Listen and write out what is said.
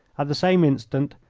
at the same instant,